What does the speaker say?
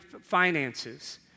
finances